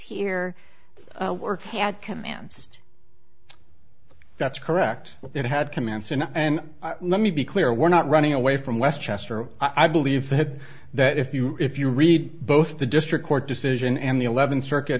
were had commands that's correct it had commenced and and let me be clear we're not running away from westchester i believe that if you if you read both the district court decision and the eleventh circuit